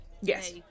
Yes